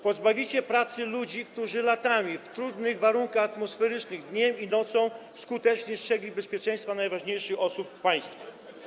Pozbawicie pracy ludzi, którzy latami w trudnych warunkach atmosferycznych, dniem i nocą skutecznie strzegli bezpieczeństwa najważniejszych osób w państwie.